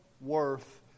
worth